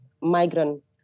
migrant